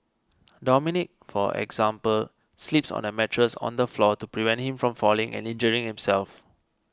Dominic for example sleeps on a mattress on the floor to prevent him from falling and injuring himself